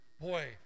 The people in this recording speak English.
boy